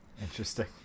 Interesting